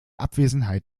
abwesenheit